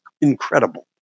incredible